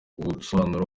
ubusobanuro